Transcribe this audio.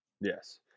Yes